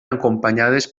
acompanyades